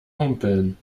humpeln